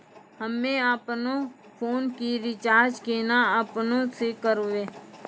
हम्मे आपनौ फोन के रीचार्ज केना आपनौ से करवै?